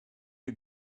you